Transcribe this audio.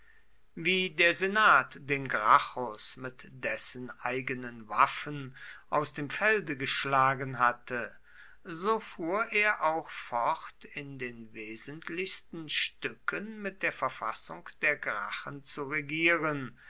wie der senat den gracchus mit dessen eigenen waffen aus dem felde geschlagen hatte so fuhr er auch fort in den wesentlichsten stücken mit der verfassung der gracchen zu regieren